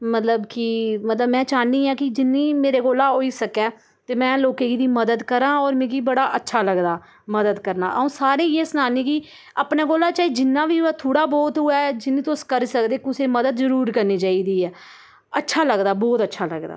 मतलब कि मतलब मैं चाह्न्नी आं कि जिन्नी मेरे कोला होई सकै ते में लोकें गी दी मदद करां होर मिगी बड़ा अच्छा लगदा मदद करना अ'ऊं सारें गी एह् सनानी के को अपनेला चाहे जिन्ना बी थोह्ड़ा बोह्त होऐ जिन्नी तुस करी सकदे कुसै मदद जरूर करनी चाहिदी ऐ अच्छा लगदा बोह्त अच्छा लगदा